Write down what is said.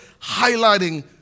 highlighting